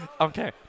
Okay